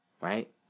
right